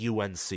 UNC